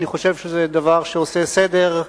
ואני חושב שזה דבר שעושה סדר,